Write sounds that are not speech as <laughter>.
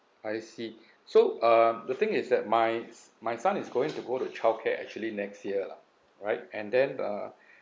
I see so um the thing is that my my son is going to go the childcare actually next year lah alright and then uh <breath>